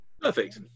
Perfect